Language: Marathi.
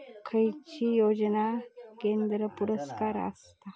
खैचे योजना केंद्र पुरस्कृत आसत?